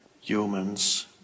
Humans